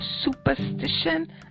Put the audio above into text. superstition